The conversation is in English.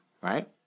right